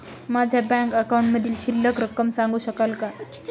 माझ्या बँक अकाउंटमधील शिल्लक रक्कम सांगू शकाल का?